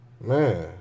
man